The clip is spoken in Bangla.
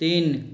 তিন